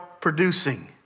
producing